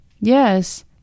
Yes